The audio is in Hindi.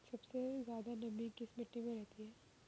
सबसे ज्यादा नमी किस मिट्टी में रहती है?